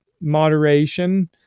moderation